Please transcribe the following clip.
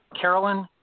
Carolyn